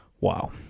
Wow